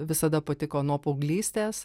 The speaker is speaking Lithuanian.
visada patiko nuo paauglystės